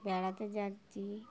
বেড়াতে যাচ্ছি